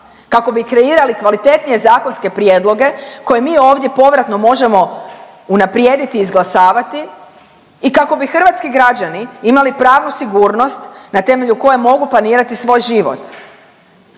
kako bi kreirali kvalitetnije zakonske prijedloge koje mi ovdje povratno možemo unaprijediti i izglasavati i kako bi hrvatski građani imali pravnu sigurnost na temelju koje mogu planirati svoj život.